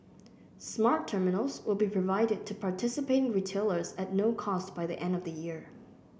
smart terminals will be provided to participating retailers at no cost by the end of the year